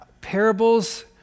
Parables